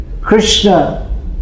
Krishna